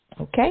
Okay